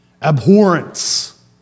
abhorrence